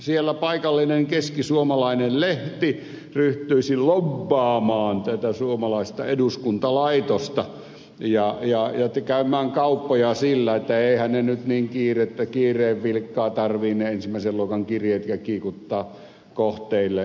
siellä paikallinen keskisuomalainen lehti ryhtyi lobbaamaan tätä suomalaista eduskuntalaitosta ja käymään kauppoja sillä että eihän niitä ensimmäisen luokan kirjeitä nyt niin kiireen vilkkaa tarvinneet sillä sen luokan kirjeet tarvitse kiikuttaa kohteille